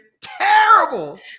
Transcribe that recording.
terrible